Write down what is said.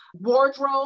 wardrobe